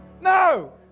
No